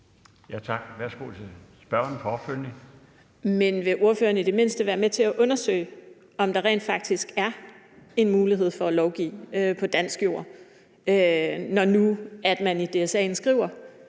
Karina Lorentzen Dehnhardt (SF): Men vil ordføreren i det mindste være med til at undersøge, om der rent faktisk er en mulighed for at lovgive på dansk jord, når nu at man i DSA'en skriver,